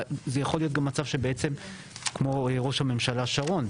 זה יכול להיות גם מצב שבעצם כמו ראש הממשלה שרון,